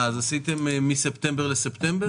עשיתם מספטמבר לספטמבר?